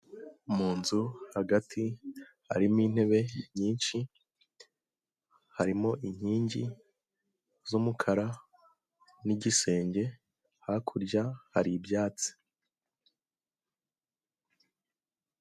Mu nzu hagati harimo intebe nyinshi, harimo inkingi z'umukara n'igisenge, hakurya hari ibyatsi.